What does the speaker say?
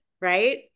right